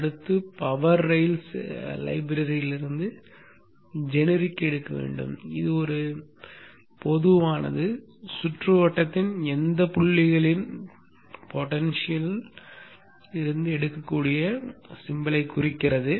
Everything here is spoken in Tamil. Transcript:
அடுத்து பவர் ரெயில்ஸ் லைப்ரரிலிருந்து ஜெனரிக் எடுக்க வேண்டும் இது ஒரு பொதுவானது சுற்றுவட்டத்தின் புள்ளிகளின் பொடென்ஷியல் எடுக்கக்கூடிய குறியீட்டைக் குறிக்கிறது